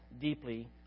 deeply